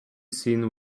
scene